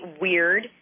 weird